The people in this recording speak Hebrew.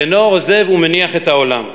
ואינו עוזב ומניח את העולם,